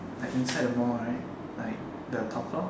like inside the mall right like the top floor